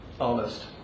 honest